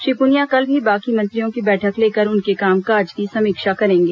श्री पुनिया कल भी बाकी मंत्रियों की बैठक लेकर उनके कामकाज की समीक्षा करेंगे